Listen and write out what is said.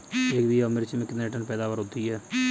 एक बीघा मिर्च में कितने टन पैदावार होती है?